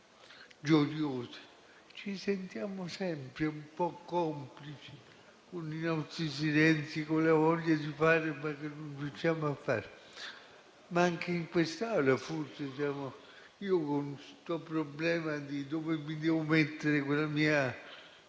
gioiosi; ci sentiamo sempre un po' complici, con i nostri silenzi, con la voglia di fare perché non riusciamo a fare. Ma anche in quest'Aula: io, con il problema di dove mi devo mettere con il mio